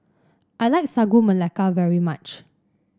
I like Sagu Melaka very much